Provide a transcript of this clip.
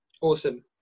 awesome